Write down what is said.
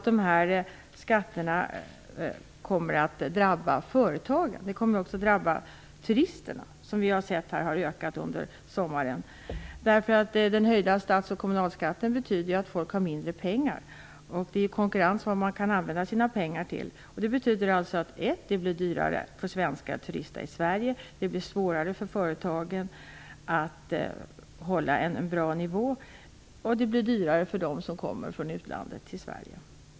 De här skatterna kommer att drabba inte bara företagen utan också turisterna - vi har ju märkt att turismen har ökat under sommaren - därför att de höjda stats och kommunalskatterna betyder att folk får mindre pengar, och det i konkurrens med vad de kan använda sina pengar till. Det betyder alltså att det blir dyrare för svenskar att turista i Sverige, det blir svårare för företagen att hålla en bra nivå och det blir dyrare för dem som kommer från utlandet till Sverige.